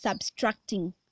subtracting